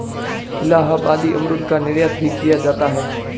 इलाहाबादी अमरूद का निर्यात भी किया जाता है